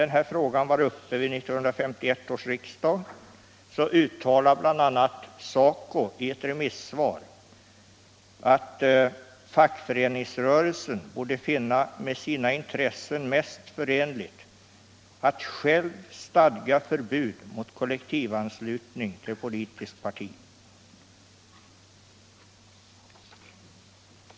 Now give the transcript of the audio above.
När frågan var uppe vid 1950 års riksdag uttalade bl.a. SACO i ett remissvar att fackföreningsrörelsen borde finna med sina intressen mest förenligt att själv stadga förbud mot kollektivanslutning till politiskt parti.